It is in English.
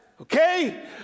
Okay